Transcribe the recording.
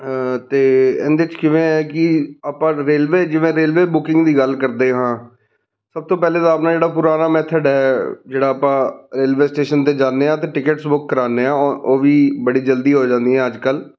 ਅਤੇ ਇਹਦੇ 'ਚ ਕਿਵੇਂ ਹੈ ਕਿ ਆਪਾਂ ਰੇਲਵੇ ਜਿਵੇਂ ਰੇਲਵੇ ਬੁਕਿੰਗ ਦੀ ਗੱਲ ਕਰਦੇ ਹਾਂ ਸਭ ਤੋਂ ਪਹਿਲੇ ਤਾਂ ਆਪਣਾ ਜਿਹੜਾ ਪੁਰਾਣਾ ਮੈਥਡ ਹੈ ਜਿਹੜਾ ਆਪਾਂ ਰੇਲਵੇ ਸਟੇਸ਼ਨ 'ਤੇ ਜਾਂਦੇ ਹਾਂ ਅਤੇ ਟਿਕਟਸ ਬੁੱਕ ਕਰਾਉਂਦੇ ਹਾਂ ਉਹ ਵੀ ਬੜੀ ਜਲਦੀ ਹੋ ਜਾਂਦੀਆਂ ਅੱਜ ਕੱਲ੍ਹ